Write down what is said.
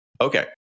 Okay